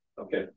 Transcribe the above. okay